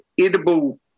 edible